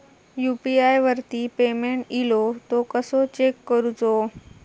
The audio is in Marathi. यू.पी.आय वरती पेमेंट इलो तो कसो चेक करुचो?